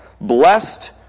blessed